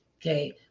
okay